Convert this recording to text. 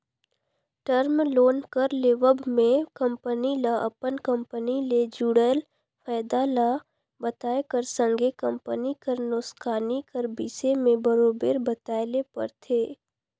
term loan कर लेवब में कंपनी ल अपन कंपनी ले जुड़ल फयदा ल बताए कर संघे कंपनी कर नोसकानी कर बिसे में बरोबेर बताए ले परथे